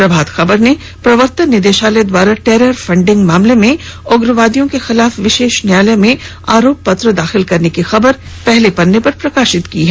प्रभात खबर ने प्रवर्तन निदेशालय द्वारा टेरर फंडिग मामले में उग्रवादियों के खिलाफ विशेष न्यायालय में आरोप पत्र दाखिल करने की खबर को पहले पन्ने पर प्रकाशित किया है